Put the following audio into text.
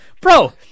bro